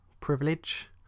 privilege